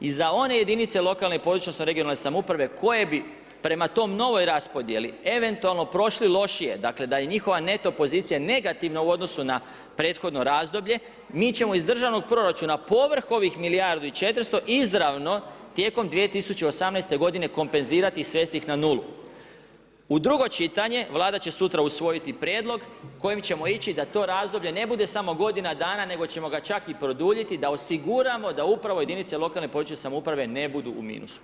I za one jedinice lokalne, područne, regionalne samouprave koje bi prema toj novoj raspodijeli eventualno prošli lošije, dakle, da je njihova neto pozicija negativna u odnosu na prethodno razdoblje, mi ćemo iz državnog proračuna povrh ovih milijardu u 400 izravno tijekom 2018. kompenzirati i svesti ih na 0. U drugo čitanje, Vlada će sutra usvojiti prijedlog, kojim ćemo ići da to razdoblje ne bude samo godina dana, nego ćemo ga ćak i produljiti, da osiguramo, da upravo jedinice lokalne, područne samouprave ne budu u minusu.